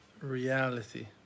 reality